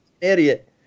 Idiot